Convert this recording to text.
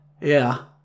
Yeah